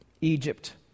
Egypt